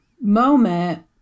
moment